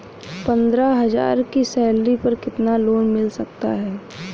पंद्रह हज़ार की सैलरी पर कितना लोन मिल सकता है?